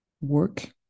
work